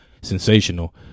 sensational